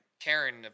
Karen